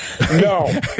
No